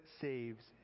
saves